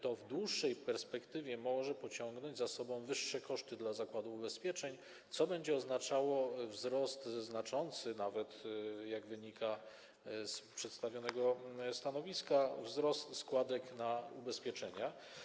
To w dłuższej perspektywie może pociągnąć za sobą wyższe koszty dla zakładu ubezpieczeń, co będzie oznaczało wzrost, znaczący nawet, jak wynika z przedstawionego stanowiska, składek na ubezpieczenia.